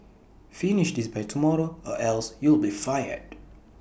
finished this by tomorrow or else you'll be fired